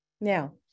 Now